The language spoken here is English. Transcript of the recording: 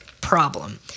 problem